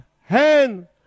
hand